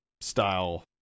style